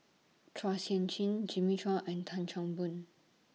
Chua Sian Chin Jimmy Chua and Tan Chan Boon